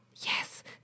yes